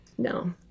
No